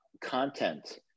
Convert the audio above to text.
content